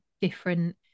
different